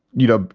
you know.